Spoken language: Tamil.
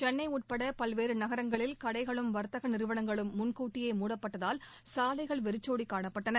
சென்னை உட்பட பல்வேறு நகரங்களில் கடைகளும் வர்த்தக நிறுவனங்களும் முன்கூட்டியே மூடப்பட்டதால் சாலைகள் வெறிச்சோடி காணப்பட்டன